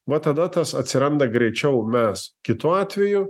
va tada tas atsiranda greičiau mes kitu atveju